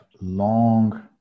long